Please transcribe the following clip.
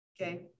okay